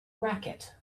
racquet